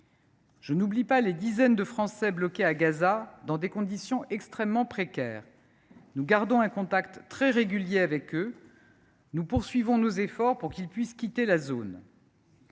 Je n’oublie pas les dizaines de Français bloqués à Gaza, dans des conditions extrêmement précaires. Nous gardons un contact très régulier avec eux. Nous poursuivons nos efforts pour qu’ils puissent quitter la zone.